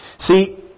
See